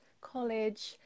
college